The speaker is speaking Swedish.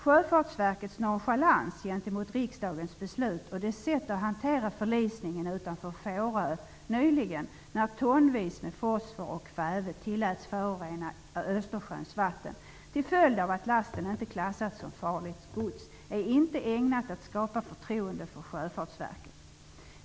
Sjöfartsverkets nonchalans gentemot riksdagens beslut och dess sätt att hantera förlisningen utanför Fårö nyligen, då tonvis med fosfor och kväve tilläts förorena Östersjöns vatten till följd av att lasten inte klassats som farligt gods, är inte ägnat att skapa förtroende för Sjöfartsverket.